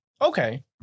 Okay